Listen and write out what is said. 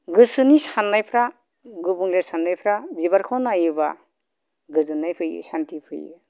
गोसोनि साननायफ्रा गुबुंले साननायफ्रा बिबारखौ नायोब्ला गोजोननाय फैयो सानथि फैयो